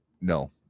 no